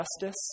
justice